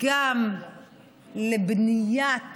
גם לבניית